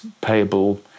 payable